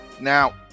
Now